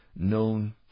known